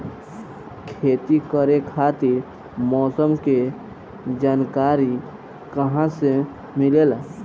खेती करे खातिर मौसम के जानकारी कहाँसे मिलेला?